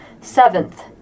Seventh